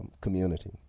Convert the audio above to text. community